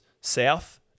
south